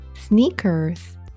Sneakers